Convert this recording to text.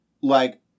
Like-